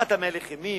מה אתה מהלך אימים,